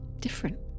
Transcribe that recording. different